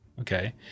okay